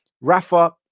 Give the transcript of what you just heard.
Rafa